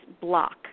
block